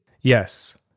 Yes